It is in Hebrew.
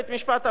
בית-המשפט אמר,